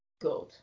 good